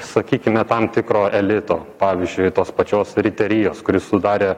sakykime tam tikro elito pavyzdžiui tos pačios riterijos kuri sudarė